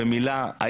במילה בבקשה,